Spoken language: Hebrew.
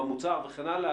במוצר וכן הלאה,